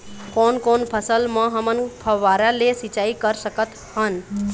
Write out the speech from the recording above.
कोन कोन फसल म हमन फव्वारा ले सिचाई कर सकत हन?